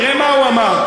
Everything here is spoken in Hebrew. תראה מה הוא אמר.